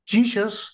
Jesus